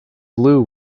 blue